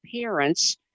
parents